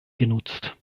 genutzt